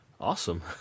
Awesome